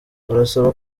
barasaba